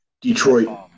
Detroit